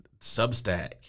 Substack